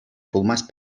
пулмасть